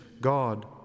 God